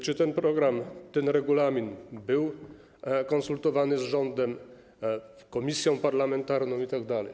Czy ten program, ten regulamin był konsultowany z rządem, komisją parlamentarną itd.